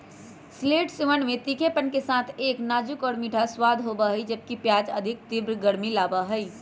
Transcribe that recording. शैलोट्सवन में तीखेपन के साथ एक नाजुक और मीठा स्वाद होबा हई, जबकि प्याज अधिक तीव्र गर्मी लाबा हई